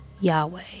yahweh